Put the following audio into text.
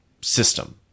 system